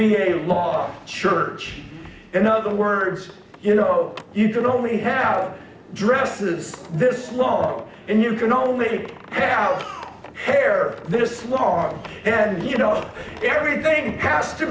be a lot church in other words you know you could only have dresses this long and you can only think our hair this large and you know everything has to